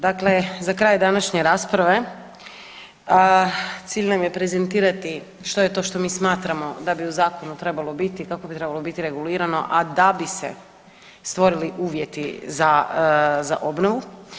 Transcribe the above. Dakle, za kraj današnje rasprave cilj nam je prezentirati što je to što mi smatramo da bi u zakonu trebalo biti, kako bi trebalo biti regulirano, a da bi se stvorili uvjeti za obnovu.